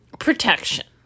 protection